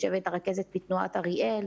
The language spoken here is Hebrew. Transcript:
יושבת רכזת מתנועת אריאל,